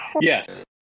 Yes